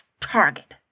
target